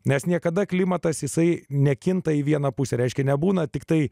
nes niekada klimatas jisai nekinta į vieną pusę reiškia nebūna tiktai